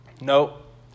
Nope